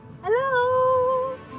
Hello